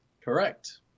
correct